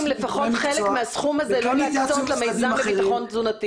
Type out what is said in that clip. חלק מהסכום לא להקצות למיזם לביטחון תזונתי?